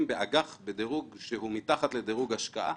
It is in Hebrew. באג"ח בדירוג שהוא מתחת לדירוג השקעה